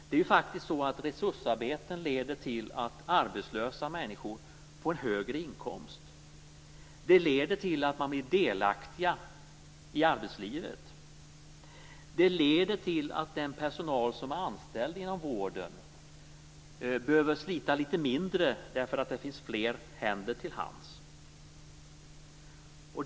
Det leder faktiskt till att arbetslösa människor får högre inkomst. Det leder till att de blir delaktiga i arbetslivet. Det leder till att den personal som är anställd inom vården behöver slita litet mindre därför att det finns fler händer till hands.